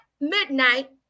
midnight